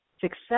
success